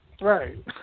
Right